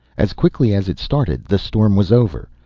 as quickly as it started the storm was over.